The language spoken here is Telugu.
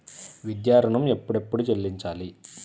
విద్యా ఋణం ఎప్పుడెప్పుడు చెల్లించాలి?